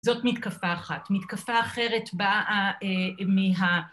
‫זאת מתקפה אחת. ‫מתקפה אחרת באה מה...